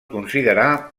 considerar